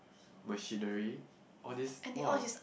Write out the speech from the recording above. machinery all these !wow!